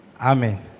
Amen